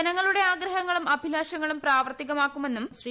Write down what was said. ജനങ്ങളുടെ ആഗ്രഹങ്ങളും അഭിലാഷങ്ങളും പ്രാവർത്തികമാക്കുമെന്നും ശ്രീ